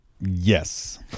Yes